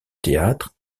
théâtre